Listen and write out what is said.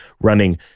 running